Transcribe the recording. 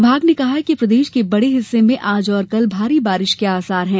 विभाग ने कहा है कि प्रदेश के बड़े हिस्से में आज और कल भारी वर्षा के आसार हैं